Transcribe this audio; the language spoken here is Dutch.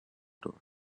door